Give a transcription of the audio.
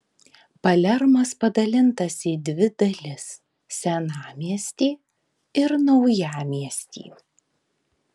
palermas padalintas į dvi dalis senamiestį ir naujamiestį